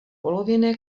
olověné